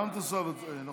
גם אני תושב הצפון, אני מודה.